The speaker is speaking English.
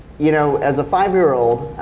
you know, as a five year old,